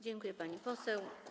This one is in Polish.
Dziękuję, pani poseł.